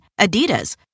Adidas